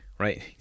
right